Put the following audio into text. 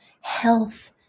health